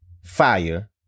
Fire